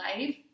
life